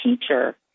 teacher